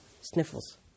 Sniffles